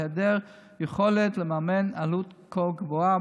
בהיעדר יכולת לממן עלות כה גבוהה,